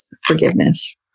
forgiveness